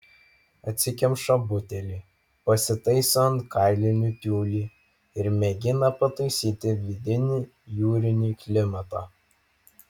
atsikemša butelį pasitaiso ant kailinių tiulį ir mėgina pataisyti vidinį jūrinį klimatą